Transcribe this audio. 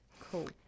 Cool